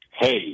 Hey